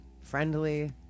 friendly